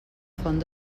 font